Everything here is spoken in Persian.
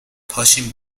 پاشیم